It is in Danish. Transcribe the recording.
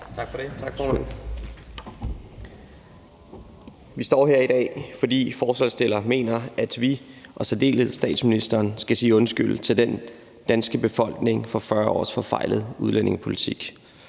Tak for det, formand. Vi står her i dag, fordi forslagsstillerne mener, at vi og i særdeleshed statsministeren skal sige undskyld til den danske befolkning for 40 års forfejlet udlændingepolitik.